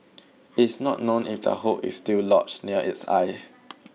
is not known if the hook is still lodged near its eye